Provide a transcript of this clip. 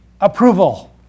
approval